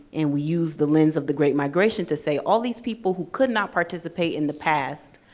and we use the lens of the great migration to say, all these people who could not participate in the past,